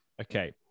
Okay